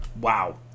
Wow